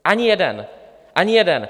Ani jeden, ani jeden!